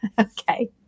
Okay